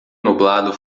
nublado